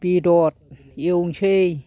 बेदर एवनोसै